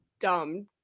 dumb